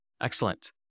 Excellent